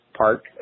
Park